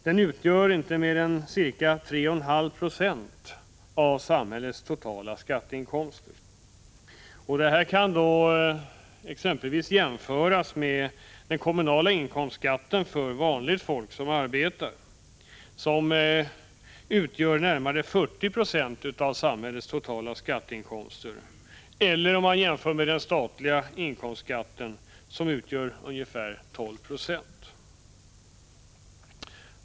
Den utgör inte mer än ca 3,5 20 av samhällets totala skatteinkomster. Detta kan jämföras med exempelvis den kommunala inkomstskatten för vanligt folk som arbetar, som utgör närmare 40 96 av samhällets totala skatteinkomster, eller med den statliga inkomstskatten, som utgör ungefär 12 R.